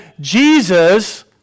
Jesus